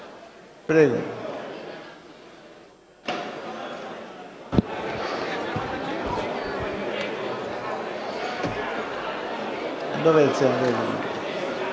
Prego